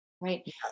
Right